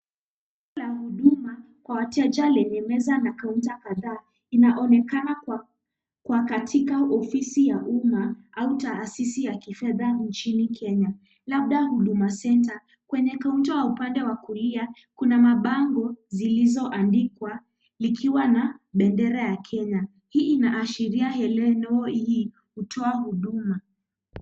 Eneo la huduma kwa wateja lenye meza na kaunta kadhaa, linaonekana kwa katika ofisi ya umma, au taasisi ya kifedha nchini Kenya, labda Huduma Centre. Kwenye upande wa kulia, kuna mabango zilizoandikwa, likiwa na bendera ya Kenya. Hii inaashiria eneo hili hutoa huduma.